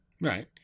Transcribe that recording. Right